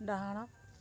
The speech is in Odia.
ଡାହାଣ